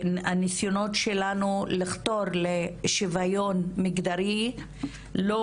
והניסיונות שלנו לחתור לשוויון מגדרי לא